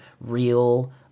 real